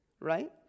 right